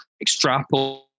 extrapolate